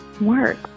work